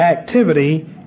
activity